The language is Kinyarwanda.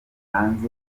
hanze